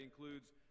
includes